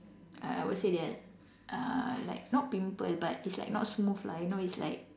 uh I would say that uh like not pimple but it's like not smooth lah you know it's like